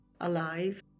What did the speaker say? alive